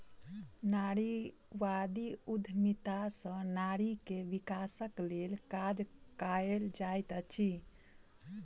नारीवादी उद्यमिता सॅ नारी के विकासक लेल काज कएल जाइत अछि